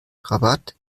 rabat